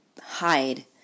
hide